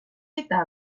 eta